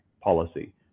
policy